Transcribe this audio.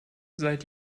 seit